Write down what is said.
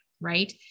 Right